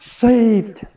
saved